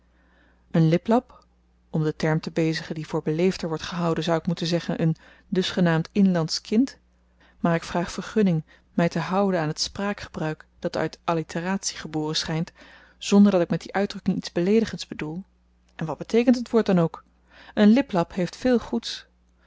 een liplap om den term te bezigen die voor beleefder wordt gehouden zou ik moeten zeggen een dusgenaamd inlandsch kind maar ik vraag vergunning my te houden aan t spraakgebruik dat uit allitteratie geboren schynt zonder dat ik met die uitdrukking iets beleedigends bedoel en wat beteekent het woord dan ook een liplap heeft veel goeds